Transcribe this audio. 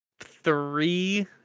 three